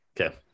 Okay